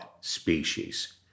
species